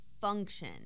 function